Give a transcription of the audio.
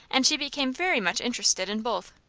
and she became very much interested in both.